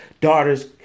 daughters